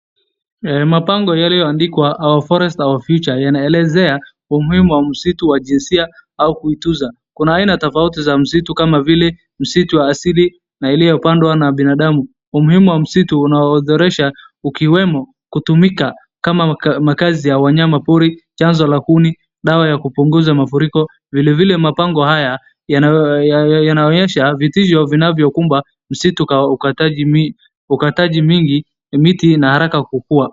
Mpango yaliyo andikwa our forest our future yanaelezea umuhimu wa msitu wa jinsia au kuitunza, kuna aina tofauti ya msitu kama vile msitu wa asili na iliyo pandwa na binadamu, umuhimu wa msitu unaothoresha ukiwemo kutumika kama makazi ya wanyama pori, chazo la kuni, dawa ya kupunguza mafuriko, vile vile mapango haya yanaonyesha vitisho vinavyo kumba msitu ukataji mingi miti na haraka kukuwa.